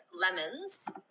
lemons